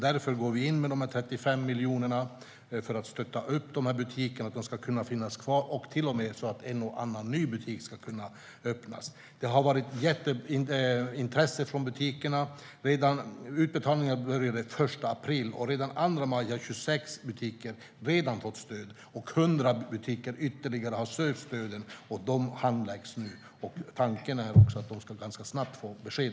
Därför går vi in med 35 miljoner för att stötta upp dessa butiker så att de ska kunna finnas kvar och till och med så att en och annan ny butik ska kunna öppna. Det har varit ett jätteintresse från butikerna. Utbetalningen började den 1 april, och redan den 2 maj hade 26 butiker fått stöd. Ytterligare 100 butiker har sökt stöden. Dessa handläggs nu, och tanken är att de ganska snabbt ska få besked.